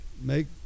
make